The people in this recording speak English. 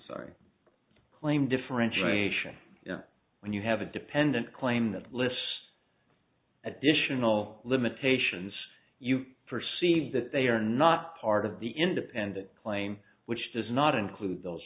sorry claim differentiation when you have a dependent claim that lists additional limitations you perceive that they are not part of the independent claim which does not include those